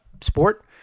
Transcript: sport